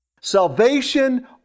Salvation